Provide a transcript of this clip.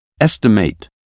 estimate